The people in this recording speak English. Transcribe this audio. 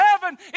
heaven